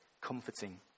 comforting